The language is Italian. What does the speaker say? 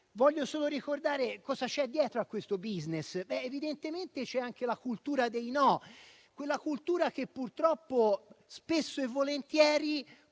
Voglio solo ricordare cosa c'è dietro a questo *business*. Evidentemente c'è anche la cultura dei no; quella cultura che, purtroppo, spesso e volentieri